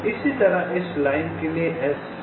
इसी तरह इस लाइन के लिए S1